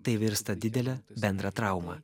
tai virsta didele bendra trauma